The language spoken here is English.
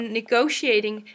negotiating